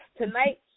Tonight